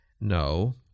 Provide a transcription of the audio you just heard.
No